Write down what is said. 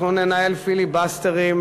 אנחנו ננהל פיליבסטרים,